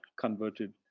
converted